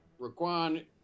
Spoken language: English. Raquan